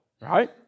right